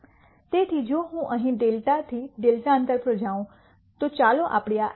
તેથી જો હું અહીં δ થી δ અંતર પર જઉં તો ચાલો આપણે આ x x δ કહીએ